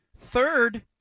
Third